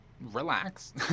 Relax